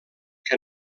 que